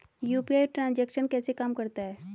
UPI transaction कैसे काम करता है?